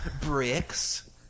Bricks